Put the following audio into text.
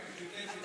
שלוש.